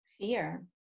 Fear